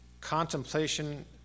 Contemplation